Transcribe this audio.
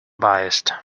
biased